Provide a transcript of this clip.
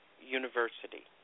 University